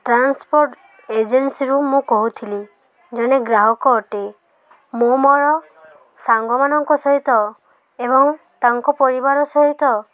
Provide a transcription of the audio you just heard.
transport ଏଜେନ୍ସିରୁ ମୁଁ କହୁଥିଲି ଜଣେ ଗ୍ରାହକ ଅଟେ ମୁଁ ମୋର ସାଙ୍ଗମାନଙ୍କ ସହିତ ଏବଂ ତାଙ୍କ ପରିବାର ସହିତ